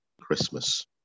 Christmas